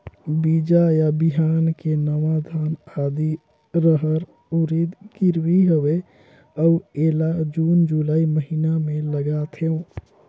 बीजा या बिहान के नवा धान, आदी, रहर, उरीद गिरवी हवे अउ एला जून जुलाई महीना म लगाथेव?